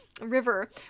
river